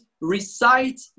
recite